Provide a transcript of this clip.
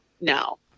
No